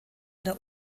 der